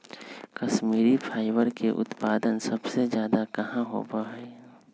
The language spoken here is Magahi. कश्मीरी फाइबर के उत्पादन सबसे ज्यादा कहाँ होबा हई?